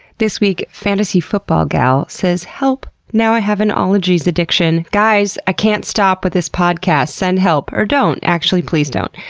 this week, fantasy football gal says help! now i have an ologies addiction! guys, i can't stop with this podcast, send help. or don't, actually please don't,